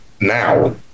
now